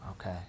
Okay